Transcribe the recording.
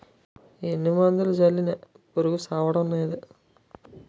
ఎన్ని మందులు జల్లినా పురుగు సవ్వడంనేదు